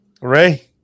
Ray